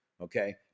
Okay